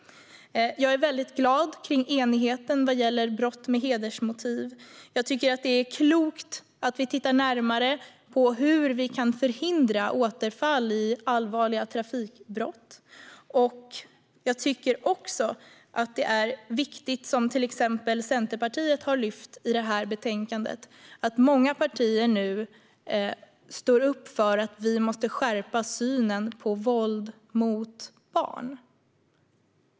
Jag är väldigt glad över enigheten vad gäller brott med hedersmotiv. Jag tycker att det är klokt att vi tittar närmare på hur vi kan förhindra återfall i allvarliga trafikbrott. Jag tycker också att det är viktigt, som till exempel Centerpartiet har lyft i detta betänkande, att många partier nu står upp för att vi måste skärpa synen på våld mot barn.